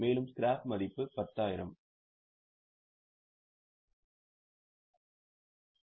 மேலும் ஸ்கிராப் மதிப்பு 10000